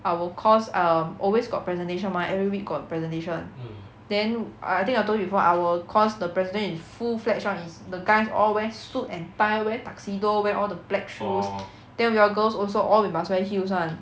our course um always got presentation mah every week got presentation then I I think I told you before our course the presentation is full-fledged [one] is the guys all wear suit and tie wear tuxedo wear all the black shoes then we all girls also all we must wear heels [one]